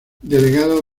delegado